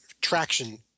traction